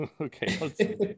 Okay